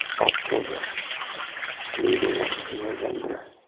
october leading up to november,